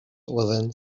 within